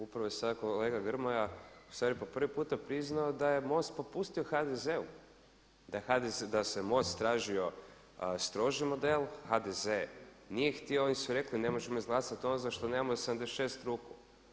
Upravo je sad kolega Grmoja, ustvari po prvi puta priznao da je MOST popustio HDZ-u, da se MOST tražio stroži model, HDZ nije htio i oni su rekli ne možemo izglasati ono za što nemamo 76 ruku.